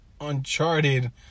Uncharted